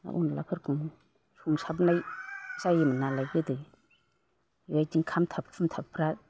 अनद्लाफोरखौनो संसाबनाय जायोमोन नालाय गोदो बेबायदि खामथाम खुमथाबफ्रा